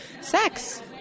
sex